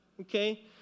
Okay